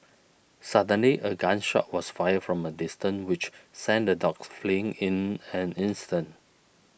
suddenly a gun shot was fired from a distance which sent the dogs fleeing in an instant